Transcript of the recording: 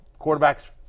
quarterbacks